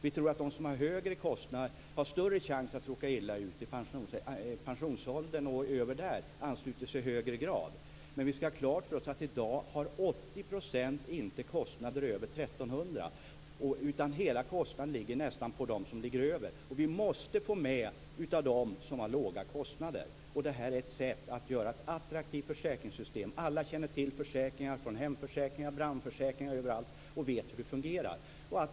Vi tror att de som har högre kostnader och som har större chans att råka illa ut i pensionsåldern och senare ansluter sig i högre grad. Men vi skall ha klart för oss att 80 % i dag inte har kostnader över 1 300 kr, utan nästan hela kostnaden ligger på dem som ligger över det beloppet. Vi måste få med dem som har låga kostnader. Det här är ett sätt att göra ett attraktivt försäkringssystem. Alla känner till försäkringar - hemförsäkringar, brandförsäkringar osv. - och vet hur det fungerar.